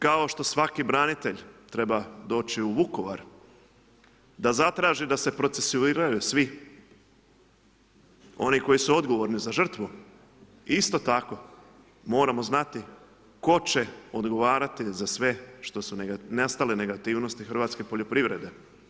Kao što svaki branitelj treba doći u Vukovar da zatraži da se procesuiraju svi oni koji su odgovorni za žrtvu i isto tako moramo znati tko će odgovarati za sve što su nastale negativnosti hrvatske poljoprivrede.